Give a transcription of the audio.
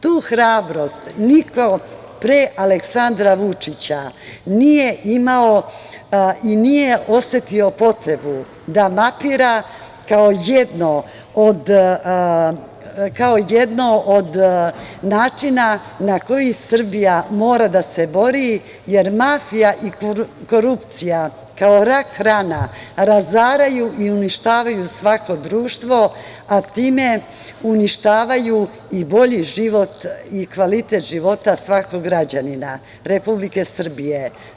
Tu hrabrost niko pre Aleksandra Vučića nije imao i nije osetio potrebu da mapira kao jedno od načina na koji Srbija mora da se bori, jer mafija i korupcija kao rak rana, razaraju i uništavaju svako društvo, a time uništavaju i bolji život i kvalitet života svakog građanina Republike Srbije.